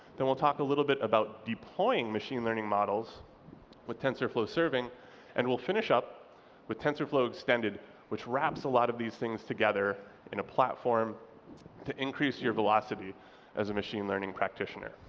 then we'll talk a little bit about deploying machine learning model says with tensorflow serving and we'll finish up with tensorflow extended which wraps a lot of these things together in a platform to increase your velocity as a machine learning practitioner.